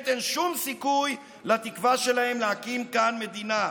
אין שום סיכוי לתקווה שלהם להקים כאן מדינה.